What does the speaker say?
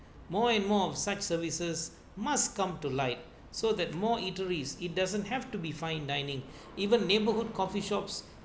more and more of such services must come to light so that more eateries it doesn't have to be fine dining even neighbourhood coffeeshops